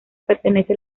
pertenece